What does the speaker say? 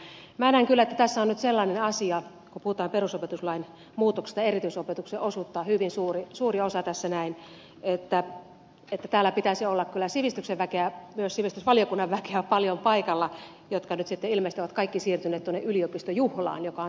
minä näen kyllä että tässä on nyt sellainen asia kun puhutaan perusopetuslain muutoksesta ja erityisopetuksen osuutta on hyvin suuri osa tässä mukana että täällä pitäisi olla kyllä sivistyksen väkeä myös sivistysvaliokunnan väkeä paljon paikalla jotka nyt sitten ilmeisesti ovat kaikki siirtyneet tuonne yliopistojuhlaan joka on samanaikaisesti